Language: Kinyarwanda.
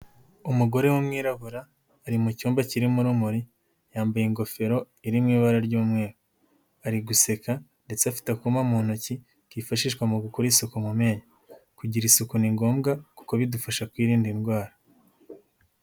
Umugore w'umwirabura ari mu cyumba kirimo urumuri yambaye ingofero iri mu ibara ry'umweru, ari guseka ndetse afite akuma mu ntoki kifashishwa mu gukora isuku mu memyo, kugira isuku ni ngombwa kuko bidufasha kwirinda indwara.